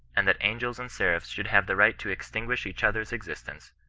and that angels and seraphs should have the right to extinguish each other's existence,